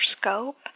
scope